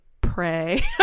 pray